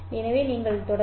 எனவே நீங்கள் தொடரவும்